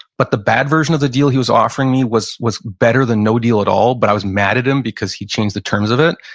but the bad version of the deal he was offering me was was better than no deal at all. but i was mad at him because he changed the terms of it.